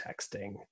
texting